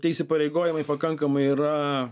tie įsipareigojimai pakankamai yra